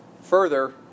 Further